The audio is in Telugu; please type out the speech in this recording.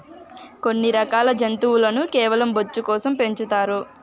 కొన్ని రకాల జంతువులను కేవలం బొచ్చు కోసం పెంచుతారు